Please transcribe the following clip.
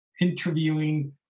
interviewing